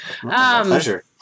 Pleasure